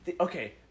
Okay